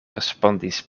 respondis